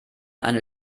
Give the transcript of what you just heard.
eine